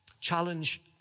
challenge